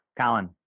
Colin